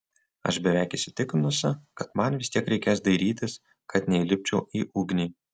aš beveik įsitikinusi kad man vis tiek reikės dairytis kad neįlipčiau į ugnį